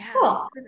Cool